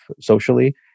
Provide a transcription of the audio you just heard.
socially